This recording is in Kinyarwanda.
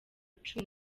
cumi